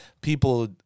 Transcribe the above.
people